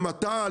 למטע?